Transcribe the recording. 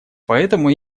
поэтому